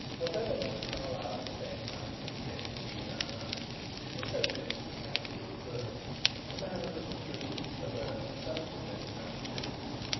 whatever mr. carlyle's step might indicate to the inner eye it betokened to the casual observer the manner of a crisp, alert, self-possessed man of business.